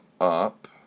up